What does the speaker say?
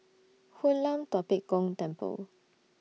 Hoon Lam Tua Pek Kong Temple